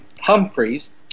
Humphreys